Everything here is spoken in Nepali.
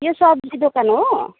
यो सब्जी दोकान हो